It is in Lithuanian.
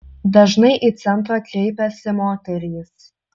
dažnai į centrą kreipiasi moterys